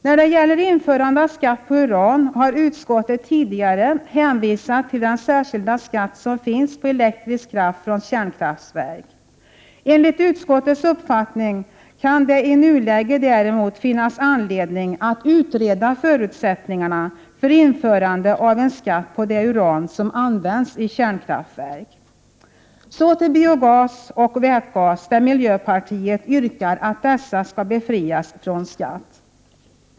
När det gäller införande av skatt på uran har utskottet tidigare hänvisat till den särskilda skatt som finns på elektrisk kraft från kärnkraftverk. Enligt utskottets uppfattning kan det i nuläget däremot finnas anledning att utreda förutsättningarna för införande av en skatt på det uran som används i kärnkraftverk. Så till biogas och vätgas. Miljöpartiet yrkar att dessa skall befrias från 62 skatt.